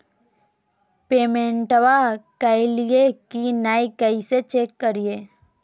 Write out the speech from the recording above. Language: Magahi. पेमेंटबा कलिए की नय, कैसे चेक करिए?